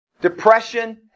Depression